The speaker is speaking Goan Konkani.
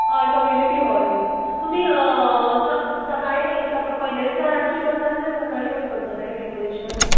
हय कमिन्युटी हॉल तुमी स सकाळीं सक पयल्या दिसा रातचें करतात काय सकाळीं येवन करतले डॅकोरेशन